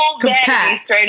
compact